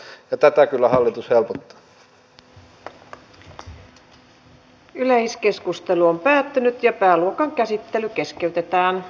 voisitteko ystävällisesti arvoisat ministerit nyt antaa vastauksen siihen mitä teette tässä ja nyt